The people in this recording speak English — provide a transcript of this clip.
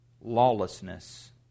lawlessness